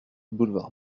boulevard